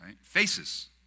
Faces